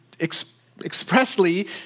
expressly